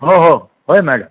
हो हो होय मॅडम